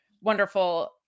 wonderful